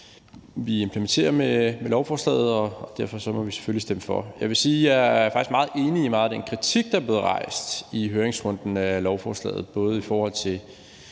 vi implementerer med lovforslaget, og derfor må vi selvfølgelig stemme for. Jeg vil sige, at jeg faktisk er meget enig i meget af den kritik af lovforslaget, der er blevet rejst i høringsrunden, både i forhold til